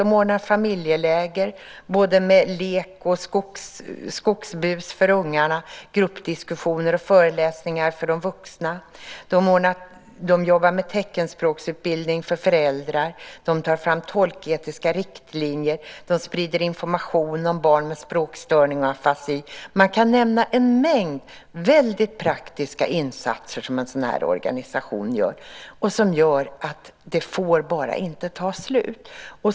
De ordnar familjeläger med lek och skogsbus för ungarna och gruppdiskussioner och föreläsningar för de vuxna. De jobbar med teckenspråksutbildning för föräldrar, tar fram tolketiska riktlinjer och sprider information om barn med språkstörning och afasi. Man kan nämna en mängd väldigt praktiska insatser som en sådan här organisation gör, och det får bara inte ta slut.